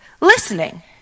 listening